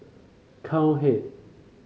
cowhead